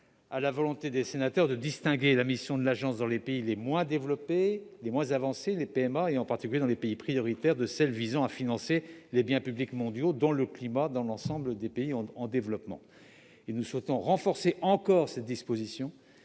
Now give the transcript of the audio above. à la volonté des sénateurs de distinguer la mission de l'agence dans les pays les moins avancés (PMA), en particulier dans les pays prioritaires, de celle qui vise à financer les biens publics mondiaux, dont le climat, dans l'ensemble des pays en développement. Nous souhaitons renforcer encore cette disposition